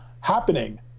happening